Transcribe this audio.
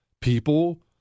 people